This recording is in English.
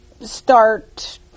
start